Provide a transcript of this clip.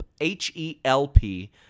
H-E-L-P